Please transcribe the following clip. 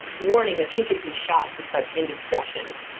warning that she could be shot for such indiscretions.